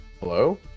hello